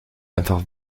einfach